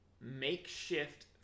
makeshift